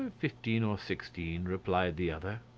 fifteen or sixteen, replied the other.